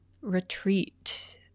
retreat